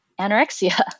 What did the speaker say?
anorexia